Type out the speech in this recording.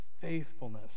faithfulness